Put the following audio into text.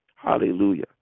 Hallelujah